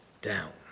down